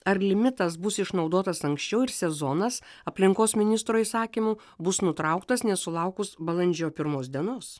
ar limitas bus išnaudotas anksčiau ir sezonas aplinkos ministro įsakymu bus nutrauktas nesulaukus balandžio pirmos dienos